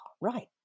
Right